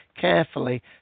carefully